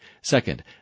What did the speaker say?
Second